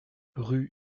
rue